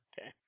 Okay